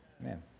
Amen